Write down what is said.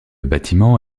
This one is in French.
bâtiment